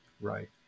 Right